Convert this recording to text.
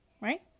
Right